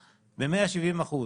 ב-170%.